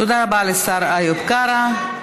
תודה רבה לשר איוב קרא.